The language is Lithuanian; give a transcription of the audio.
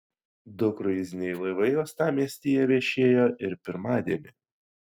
du kruiziniai laivai uostamiestyje viešėjo ir pirmadienį